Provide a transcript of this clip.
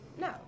No